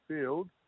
field